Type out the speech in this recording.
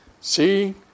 See